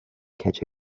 catch